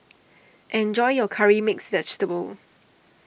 enjoy your Curry Mixed Vegetable